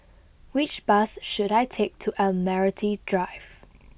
which bus should I take to Admiralty Drive